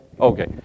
Okay